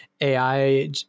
AI